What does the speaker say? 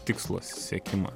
tikslo siekimą